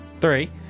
Three